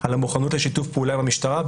על המוכנות לשיתוף פעולה עם המשטרה,